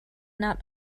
not